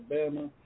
Alabama